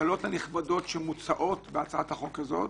ההקלות הנכבדות שמוצעות בהצעת החוק הזאת,